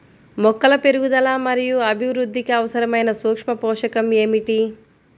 మొక్కల పెరుగుదల మరియు అభివృద్ధికి అవసరమైన సూక్ష్మ పోషకం ఏమిటి?